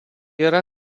yra